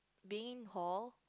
being hole